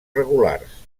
regulars